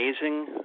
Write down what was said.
amazing